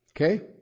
Okay